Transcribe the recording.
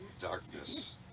darkness